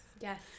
Yes